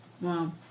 Wow